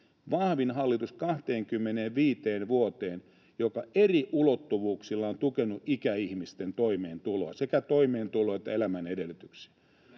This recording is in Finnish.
vahvin hallitus 25 vuoteen, joka eri ulottuvuuksilla on tukenut ikäihmisten toimeentuloa — sekä toimeentuloa että elämän edellytyksiä.